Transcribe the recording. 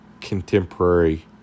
contemporary